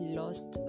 lost